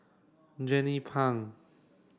Jernnine Pang